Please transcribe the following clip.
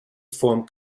form